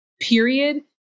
period